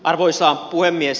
arvoisa puhemies